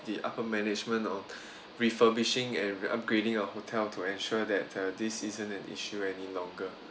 the upper management of refurbishing and upgrading our hotel to ensure that uh this isn't an issue any longer